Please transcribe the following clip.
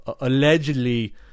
allegedly